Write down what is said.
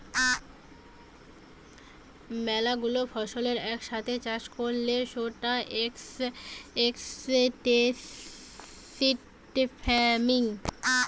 ম্যালা গুলা ফসলের এক সাথে চাষ করলে সৌটা এক্সটেন্সিভ ফার্মিং